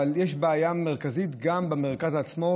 יש בעיה מרכזית גם במרכז עצמו,